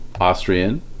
austrian